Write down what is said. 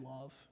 love